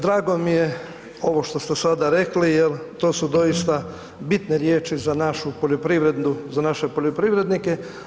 Drago mi je ovo što ste sada rekli jel to su doista bitne riječi za našu poljoprivredu, za naše poljoprivrednike.